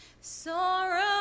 sorrow